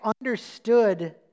understood